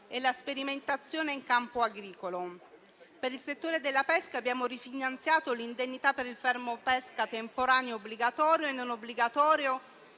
e la sperimentazione in campo agricolo. Per il settore della pesca abbiamo rifinanziato l'indennità per il fermo pesca temporaneo obbligatorio e non obbligatorio